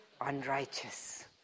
unrighteous